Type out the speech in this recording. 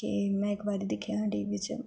कि में इक बारी दिक्खेआ हा टी वी बिच्च